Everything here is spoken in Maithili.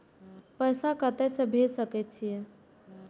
पैसा कते से भेज सके छिए?